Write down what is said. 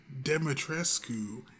Demetrescu